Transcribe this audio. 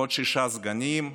ועוד שישה סגנים,